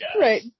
Right